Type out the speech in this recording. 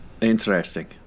Interesting